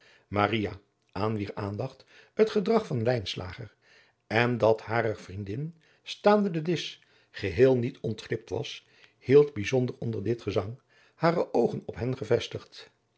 aan wier aandacht het gedrag van lijnslager en dat harer vriendin staande den disch geheel niet ontglipt was hield bijzonder onder dit gezang hare oogen op hen gevestigd